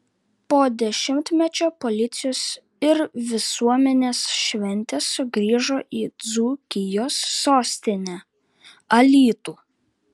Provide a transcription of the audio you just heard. po dešimtmečio policijos ir visuomenės šventė sugrįžo į dzūkijos sostinę alytų